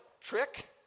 trick